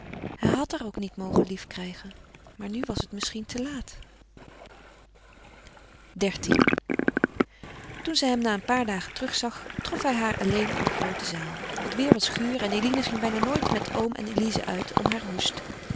hij had haar ook niet mogen liefkrijgen maar nu was het misschien te laat xiii toen zij hem na een paar dagen terug zag trof hij haar alleen in de groote zaal het weer was guur en eline ging bijna nooit met oom en elize uit om haren hoest